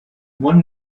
one